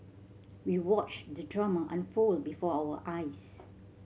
we watched the drama unfold before our eyes